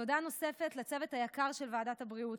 תודה נוספת לצוות היקר של ועדת הבריאות,